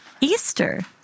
Easter